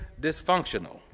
dysfunctional